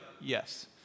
yes